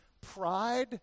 pride